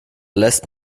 lässt